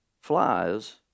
Flies